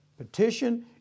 Petition